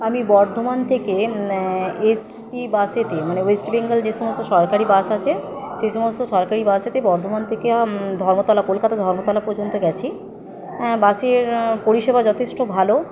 আমি বর্ধমান থেকে এসটি বাসেতে মানে ওয়েস্ট বেঙ্গল যে সমস্ত সরকারি বাস আছে সে সমস্ত সরকারি বাসেতে বর্ধমান থেকে ধর্মতলা কলকাতা ধর্মতলা পর্যন্ত গেছি বাসের পরিষেবা যথেষ্ট ভালো